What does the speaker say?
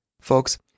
Folks